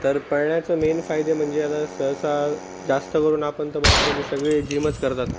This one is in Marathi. तर पळण्याचं मेन फायदे म्हणजे आता सहसा जास्त करून आपण तर बघतो की सगळे जिमच करतात